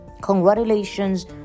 Congratulations